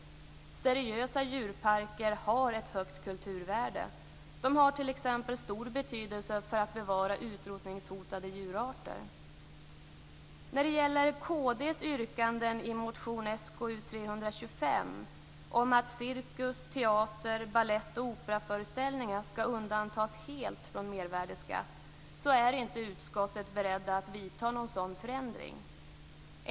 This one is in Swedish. Seriösa djurparker har ett högt kulturvärde. De har t.ex. stor betydelse för bevarandet av utrotningshotade djurarter. När det gäller kd:s yrkanden i motion Sk325 om att cirkus, teater, balett och operaföreställningar helt ska undantas från mervärdesskatt är utskottet inte berett att vidta en sådan förändring.